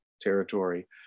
territory